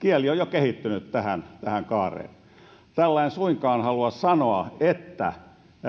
kehittynyt tähän tähän kaareen tällä en suinkaan halua sanoa että